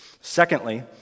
Secondly